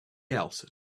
else